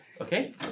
Okay